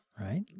right